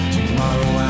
Tomorrow